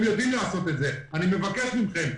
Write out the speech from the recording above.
אני מבקש מכם,